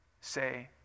say